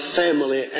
family